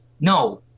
No